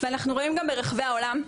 ואנחנו רואים גם ברחבי העולם,